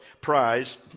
Prize